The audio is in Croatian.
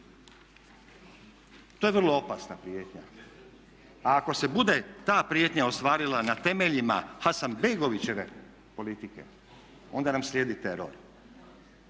To je vrlo opasna prijetnja. A ako se bude ta prijetnja ostvarila na temeljima Hasanbegovićeve politike onda nam slijedi teror.